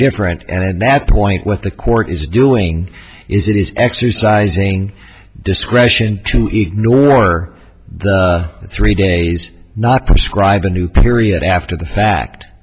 different and that's the point what the court is doing is it is exercising discretion to ignore the three days not prescribe the new period after the fact